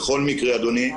בכל מקרה, אדוני,